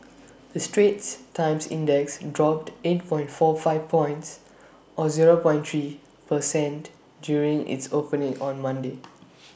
the straits times index dropped eight point four five points or zero three per cent during its opening on Monday